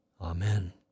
Amen